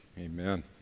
Amen